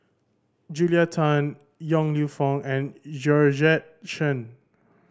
Julia Tan Yong Lew Foong and Georgette Chen